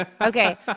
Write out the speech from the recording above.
Okay